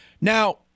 Now